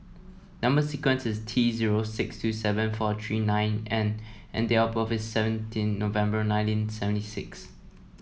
number sequence is T zero six two seven four three nine N and and date of birth is seventeen November nineteen seventy six